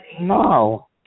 No